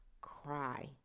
cry